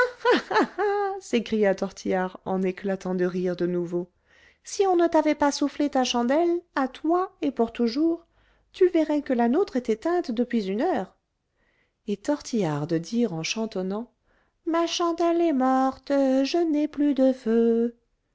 s'écria tortillard en éclatant de rire de nouveau si on ne t'avait pas soufflé ta chandelle à toi et pour toujours tu verrais que la nôtre est éteinte depuis une heure et tortillard de dire en chantonnant ma chandelle est morte je n'ai plus de feu